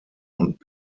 und